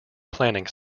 planning